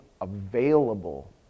available